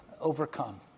overcome